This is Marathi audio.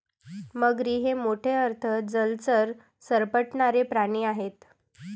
मगरी हे मोठे अर्ध जलचर सरपटणारे प्राणी आहेत